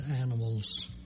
animals